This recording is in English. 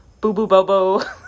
Boo-boo-bobo